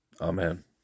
Amen